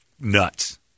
nuts